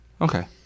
Okay